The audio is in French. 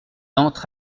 entre